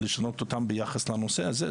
לשנות אותם ביחס לנושא הזה.